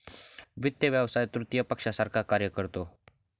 वित्त व्यवसाय तृतीय पक्षासारखा कार्य करतो